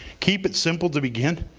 keep it simple to begin.